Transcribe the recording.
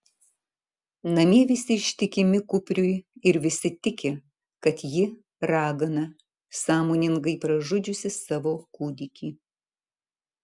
namie visi ištikimi kupriui ir visi tiki kad ji ragana sąmoningai pražudžiusi savo kūdikį